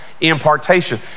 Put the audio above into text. impartation